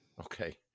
Okay